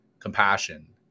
compassion